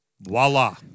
Voila